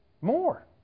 More